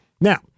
Now